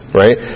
right